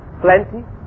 plenty